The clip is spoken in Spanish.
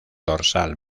dorsal